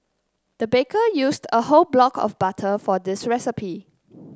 the baker used a whole block of butter for this recipe